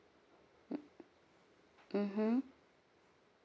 mm mmhmm